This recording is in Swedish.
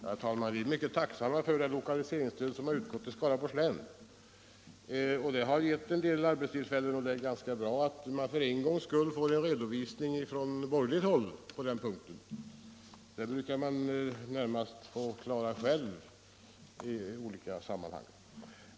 Herr talman! Vi är mycket tacksamma för det lokaliseringsstöd som har utgått till Skaraborgs län. Det har gett en del arbetstillfällen, och det är ganska bra att man för en gångs skull får en redovisning från borgerligt håll på den punkten. Det brukar man oftast få klara själv i olika sammanhang.